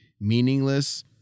meaningless